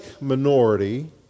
minority